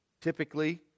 typically